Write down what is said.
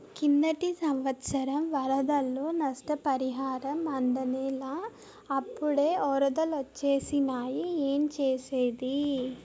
కిందటి సంవత్సరం వరదల్లో నష్టపరిహారం అందనేలా, అప్పుడే ఒరదలొచ్చేసినాయి ఏంజేసేది